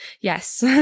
Yes